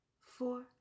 four